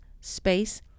space